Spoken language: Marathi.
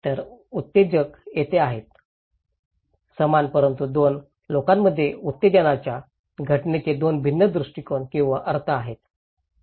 तर उत्तेजक तेथे आहे समान परंतु दोन लोकांमध्ये उत्तेजनाच्या घटनेचे दोन भिन्न दृष्टीकोन किंवा अर्थ आहेत